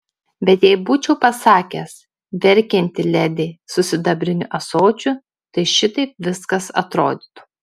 bet jei būčiau pasakęs verkianti ledi su sidabriniu ąsočiu tai šitaip viskas atrodytų